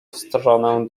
stronę